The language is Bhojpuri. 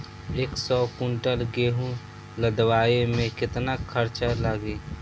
एक सौ कुंटल गेहूं लदवाई में केतना खर्चा लागी?